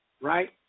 Right